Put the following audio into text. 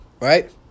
Right